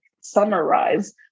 summarize